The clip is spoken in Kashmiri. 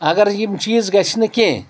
اگر یِم چیٖز گژھِ نہٕ کینٛہہ